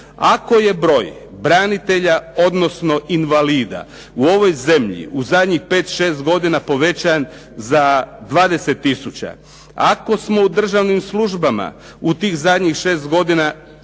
Ako je broj branitelja, odnosno invalida u ovoj zemlji u zadnjih pet, šest godina povećan za 20000, ako smo u državnim službama u tih zadnjih šest godina